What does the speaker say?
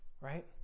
right